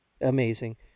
amazing